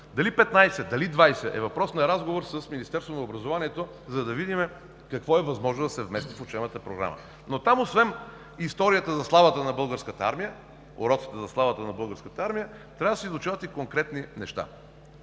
Дали 15, дали 20 – въпрос на разговор с Министерството на образованието и науката, за да видим какво е възможно да се вмести в учебната програма. Но там освен историята за славата на българската армия, уроците за славата на българската армия, трябва да се изучават и конкретни неща,